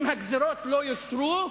אם הגזירות לא יוסרו,